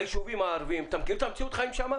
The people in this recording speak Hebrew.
אתה מכיר את מציאות החיים של היישובים הערביים?